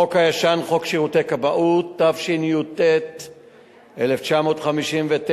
החוק הישן, חוק שירותי הכבאות, התשי"ט 1959,